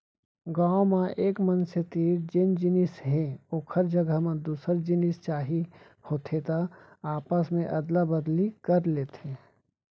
गाँव म एक मनसे तीर जेन जिनिस हे ओखर जघा म दूसर जिनिस चाही होथे त आपस मे अदला बदली कर लेथे